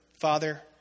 Father